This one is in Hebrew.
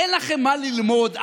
אין לכם מה ללמוד.